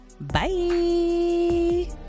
bye